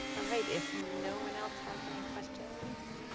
um right if no one else has any questions,